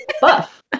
buff